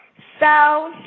so